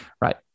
right